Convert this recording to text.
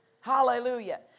Hallelujah